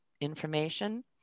information